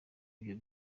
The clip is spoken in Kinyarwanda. nibyo